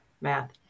math